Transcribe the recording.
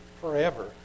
forever